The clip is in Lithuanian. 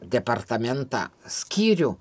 departamentą skyrių